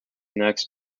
next